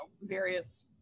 various